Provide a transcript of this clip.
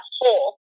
whole